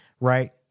right